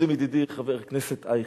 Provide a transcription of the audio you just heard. קודם ידידי חבר הכנסת אייכלר,